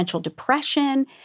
depression